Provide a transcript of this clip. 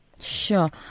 Sure